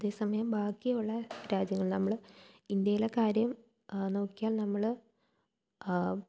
അതേസമയം ബാക്കിയുള്ള രാജ്യങ്ങളിൽ നമുക്ക് ഇന്ത്യയിലെ കാര്യം നോക്കിയാൽ നമ്മൾ